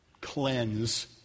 cleanse